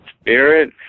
spirit